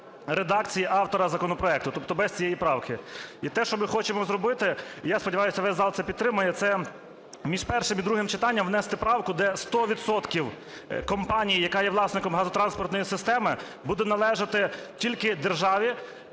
редакції автора законопроекту, тобто без цієї правки. І те, що ми хочемо зробити, я сподіваюся, весь зал це підтримує, це між першим і другим читанням внести правку, де 100 відсотків компанії, яка є власником газотранспортної системи, буде належати тільки державі